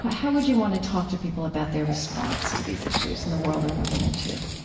how would you want to talk to people about their response to these issues and the world we're moving into?